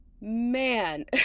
man